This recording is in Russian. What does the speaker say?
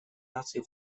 наций